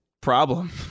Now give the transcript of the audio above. problem